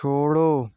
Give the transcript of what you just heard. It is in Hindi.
छोड़ो